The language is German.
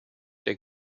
der